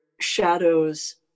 shadows